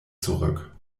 zurück